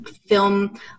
film